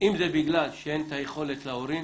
אם זה בגלל שאין את היכולת להורים